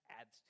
adds